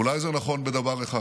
אולי זה נכון בדבר אחד: